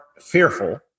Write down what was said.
fearful